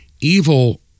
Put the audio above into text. Evil